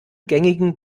gängigen